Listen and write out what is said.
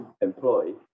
employed